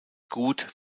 gut